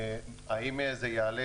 האם זה יעלה